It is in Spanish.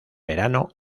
verano